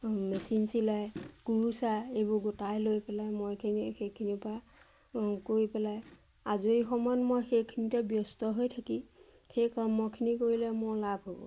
machine চিলাই কুৰুচা এইবোৰ গোটাই লৈ পেলাই মইখিনি সেইখিনি পৰা কৰি পেলাই আজৰি সময়ত মই সেইখিনিতে ব্যস্ত হৈ থাকি সেই কৰ্মখিনি কৰিলে মোৰ লাভ হ'ব